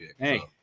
Hey